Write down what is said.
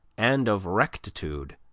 and of rectitude,